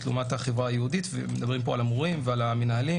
לעומת החברה היהודית מדברים פה על המורים והמנהלים